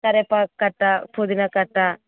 కరివేపాకు కట్ట పుదీనా కట్ట